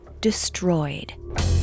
destroyed